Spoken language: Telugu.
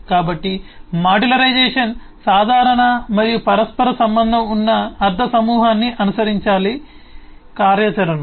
కాబట్టి మాడ్యులైజేషన్ సాధారణ మరియు పరస్పర సంబంధం ఉన్న అర్థ సమూహాన్ని అనుసరించాలి కార్యాచరణను